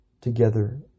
together